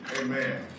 amen